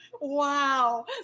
Wow